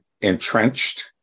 entrenched